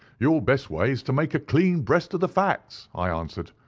your best way is to make a clean breast of the facts i answered.